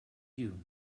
you